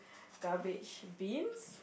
garbage bins